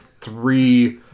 three